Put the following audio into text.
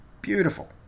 beautiful